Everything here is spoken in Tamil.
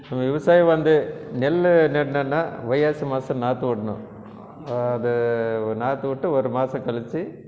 விவசாயம் வந்து நெல் நடணும்னால் வைகாசி மாசம் நாற்று விடணும் அது நாற்று விட்டு ஒரு மாதம் கழித்து